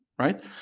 Right